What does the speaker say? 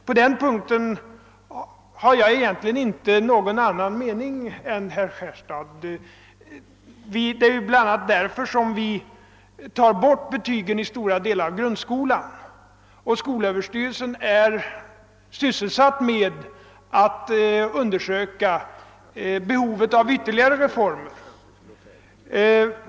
På den punkten har jag egentligen inte någon annan mening än herr Johansson i Skärstad. Det är bl.a. på grund av denna brist som vi tar bort betygen i stora delar av grundskolan, och skolöverstyrelsen är sysselsatt med att undersöka behovet av ytterligare reformer.